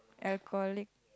alcoholic